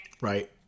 right